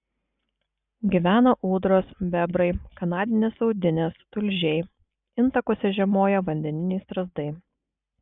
gyvena ūdros bebrai kanadinės audinės tulžiai intakuose žiemoja vandeniniai strazdai